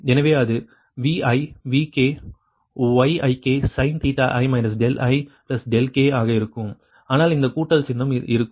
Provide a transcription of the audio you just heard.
எனவே அது Vi Vk Yik sin ik ik ஆக இருக்கும் ஆனால் இந்த கூட்டல் சின்னம் இருக்கும்